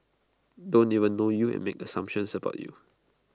don't even know you and make assumptions about you